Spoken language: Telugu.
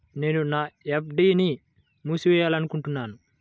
నేను నా ఎఫ్.డీ ని మూసివేయాలనుకుంటున్నాను